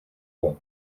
bun